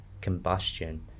combustion